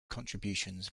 contributions